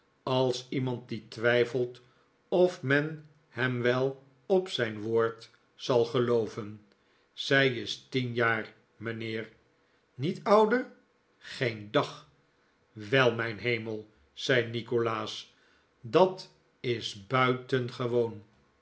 als iemand die twijfelt of men hem wel op zijn woord zal gelooven zij is tien jaar mijnheer niet ouder geen dag wel mijn hemel zei nikolaas dat is buitengewoon